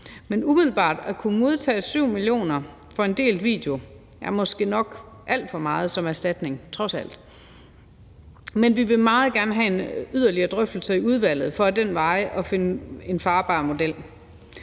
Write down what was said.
Men umiddelbart er det at kunne modtage 7 mio. kr. for en delt video måske nok alt for meget som erstatning, trods alt. Men vi vil meget gerne have en yderligere drøftelse i udvalget for ad den vej at finde en brugbar model.